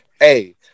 Hey